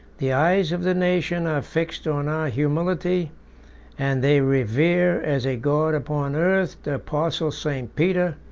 the eyes of the nations are fixed on our humility and they revere, as a god upon earth, the apostle st. peter,